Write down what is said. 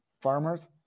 farmers